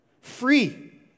Free